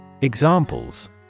Examples